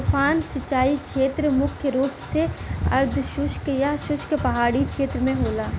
उफान सिंचाई छेत्र मुख्य रूप से अर्धशुष्क या शुष्क पहाड़ी छेत्र में होला